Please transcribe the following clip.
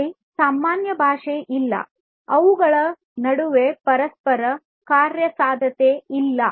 ಅಲ್ಲಿ ಸಾಮಾನ್ಯ ಭಾಷೆ ಇಲ್ಲ ಅವುಗಳ ನಡುವೆ ಪರಸ್ಪರ ಕಾರ್ಯ ಸಾಧ್ಯತೆವಿಲ್ಲ